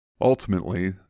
Ultimately